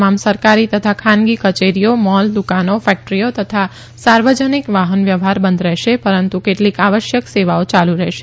તમામ સરકારી તથા ખાનગી કચેરીઓ મોલ દુકાનો ફેક્ટરીઓ તથા સાર્વજનિક વાહનવ્યવહાર બંધ રહેશે પરંતુ કેટલીક આવશ્યક સેવાઓ યાલુ રહેશે